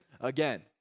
again